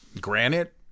granite